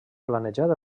planejat